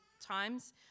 times